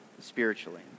spiritually